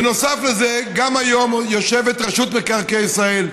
בנוסף לזה, גם היום יושבת רשות מקרקעי ישראל,